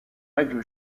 règle